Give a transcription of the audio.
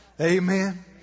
Amen